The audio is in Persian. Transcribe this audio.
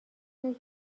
اینه